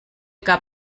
gab